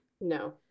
No